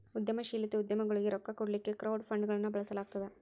ಉದ್ಯಮಶೇಲತೆ ಉದ್ಯಮಗೊಳಿಗೆ ರೊಕ್ಕಾ ಕೊಡ್ಲಿಕ್ಕೆ ಕ್ರೌಡ್ ಫಂಡ್ಗಳನ್ನ ಬಳಸ್ಲಾಗ್ತದ